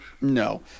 No